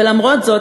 ולמרות זאת,